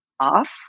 off